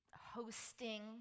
hosting